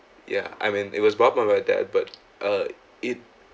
ya I mean it was bought by my dad but uh it